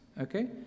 okay